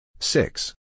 Six